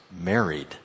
married